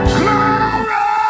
glory